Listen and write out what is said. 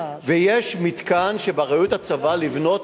ויש מתקן שבאחריות הצבא לבנות,